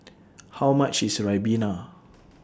How much IS Ribena